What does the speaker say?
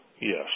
yes